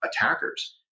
attackers